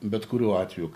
bet kuriuo atveju